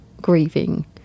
grieving